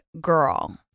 girl